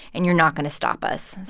and you're not going to stop us.